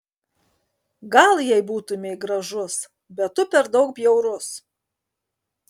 gal jei būtumei gražus bet tu per daug bjaurus